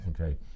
Okay